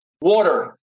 water